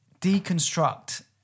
deconstruct